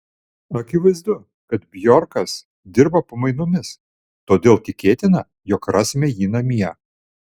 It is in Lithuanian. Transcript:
akivaizdu kad bjorkas dirba pamainomis todėl tikėtina jog rasime jį namie